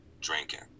drinking